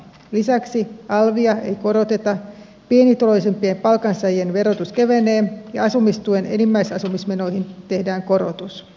lisäksi alvia ei koroteta pienituloisimpien palkansaajien verotus kevenee ja asumistuen enimmäisasumismenoihin tehdään korotus